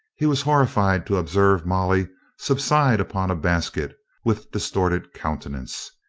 he was horrified to observe molly subside upon a basket with distorted countenance.